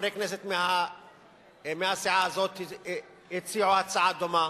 חברי כנסת מהסיעה הזאת הציעו הצעה דומה.